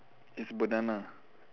it's banana